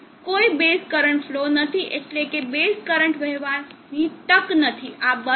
કોઈ base current flow નથી એટલેકે બેઝ કરંટ વહેવાની તક નથી આ બંધ થશે